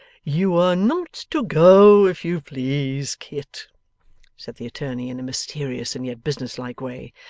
you are not to go, if you please, kit said the attorney in a mysterious and yet business-like way.